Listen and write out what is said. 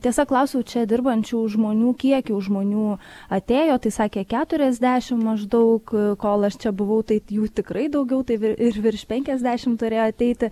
tiesa klausiau čia dirbančių žmonių kiekio žmonių atėjo tai sakė keturiasdešimt maždaug kol aš čia buvau tai jų tikrai daugiau tai ir ir virš penkiasdešimt turėjo ateiti